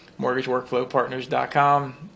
mortgageworkflowpartners.com